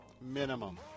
minimum